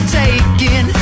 taken